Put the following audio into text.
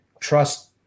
trust